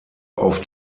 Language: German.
auf